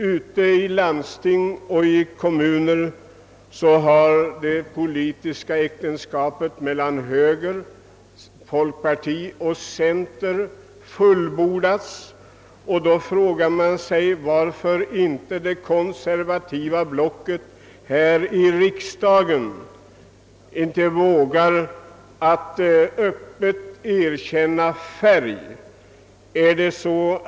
Ute i landsting och kommuner har det politiska äktenskapet mellan högern, folkpartiet och centerpartiet fullbordats. Varför vågar då det konservativa blocket här i riksdagen inte bekänna färg?